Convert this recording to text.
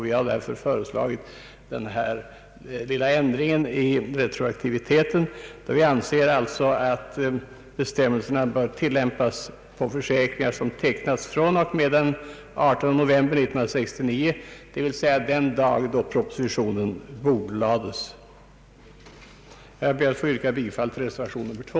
Vi har därför föreslagit den ändringen i retroaktiviteten, att bestämmelserna bör tillämpas på försäkringar som tecknats från och med den 18 november 1969, d.v.s. den dag då propositionen bordlades. Jag ber att få yrka bifall till reservationen 2.